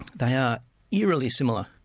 they are eerily similar.